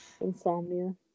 Insomnia